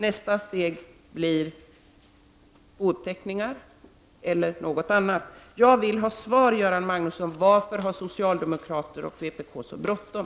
Nästa steg blir hanteringen av bouppteckningar eller något annat. Jag vill ha svar Göran Magnusson. Varför har socialdemokraterna och vänsterpartiet så bråttom?